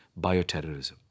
bioterrorism